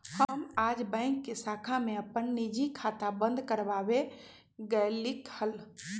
हम आज बैंक के शाखा में अपन निजी खाता बंद कर वावे गय लीक हल